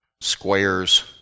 squares